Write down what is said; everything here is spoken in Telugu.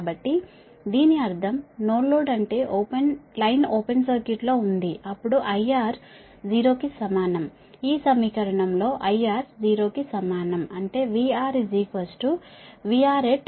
కాబట్టి దీని అర్థం నో లోడ్ అంటే లైన్ ఓపెన్ సర్క్యూట్ లో ఉంది అప్పుడు IR 0 కి సమానం ఈ సమీకరణంలో IR 0 కు సమానం VRVRNL